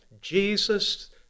Jesus